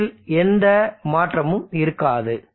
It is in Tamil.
Q வில் எந்த மாற்றமும் இருக்காது